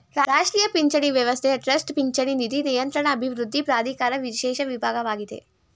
ರಾಷ್ಟ್ರೀಯ ಪಿಂಚಣಿ ವ್ಯವಸ್ಥೆಯ ಟ್ರಸ್ಟ್ ಪಿಂಚಣಿ ನಿಧಿ ನಿಯಂತ್ರಣ ಅಭಿವೃದ್ಧಿ ಪ್ರಾಧಿಕಾರ ವಿಶೇಷ ವಿಭಾಗವಾಗಿದೆ